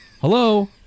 hello